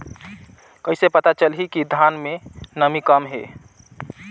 कइसे पता चलही कि धान मे नमी कम हे?